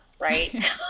right